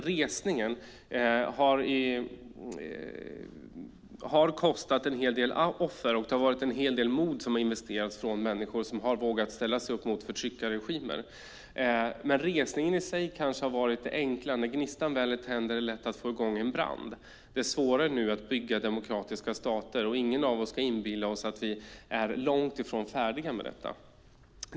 Resningen har skördat många offer, och en hel del mod har investerats av människor som har vågat ställa sig upp mot förtryckarregimer. Men resningen i sig kanske har varit det enkla - när gnistan väl är tänd är det lätt att få i gång en brand. Det svåra är nu att bygga demokratiska stater, och ingen av oss ska inbilla sig att vi är annat än långt ifrån färdiga med detta.